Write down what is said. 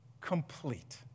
complete